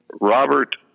Robert